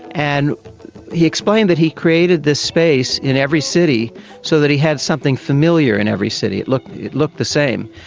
and he explained that he created this space in every city so that he had something familiar in every city, it looked it looked the same,